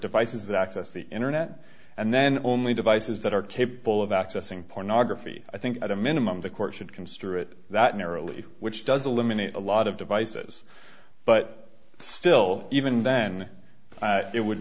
devices that access the internet and then only devices that are capable of accessing pornography i think at a minimum the court should construe it that narrowly which does a limited a lot of devices but still even then it would